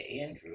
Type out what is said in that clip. Andrew